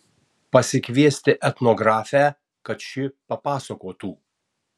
pasikviesti etnografę kad ši papasakotų